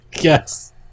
Yes